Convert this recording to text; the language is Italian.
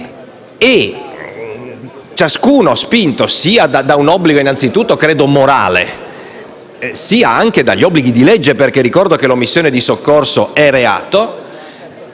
Chiunque, spinto sia da un obbligo, innanzitutto, credo, morale, sia dagli obblighi di legge (perché ricordo che l'omissione di soccorso è reato),